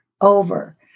over